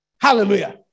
Hallelujah